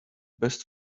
best